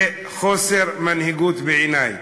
זה חוסר מנהיגות בעיני.